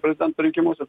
prezidento rinkimuose